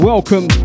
Welcome